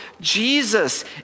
Jesus